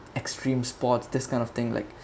extreme sports this kind of thing like